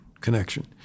connection